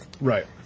Right